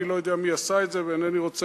אני לא יודע מי עשה את זה ואינני רוצה